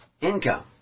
income